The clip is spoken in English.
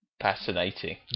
Fascinating